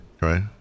Right